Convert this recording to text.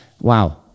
wow